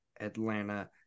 atlanta